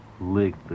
lick